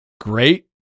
great